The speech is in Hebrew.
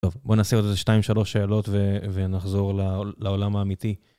טוב, בוא נעשה עוד איזה 2-3 שאלות ונחזור לעולם האמיתי.